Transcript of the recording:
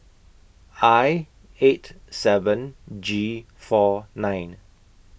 I eight seven G four nine